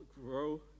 grow